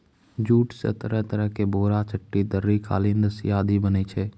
jute स तरह तरह के बोरा, चट्टी, दरी, कालीन, रस्सी आदि बनै छै